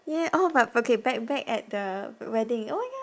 ya oh but okay back back at the the wedding oh ya